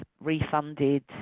refunded